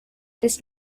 this